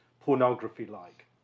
pornography-like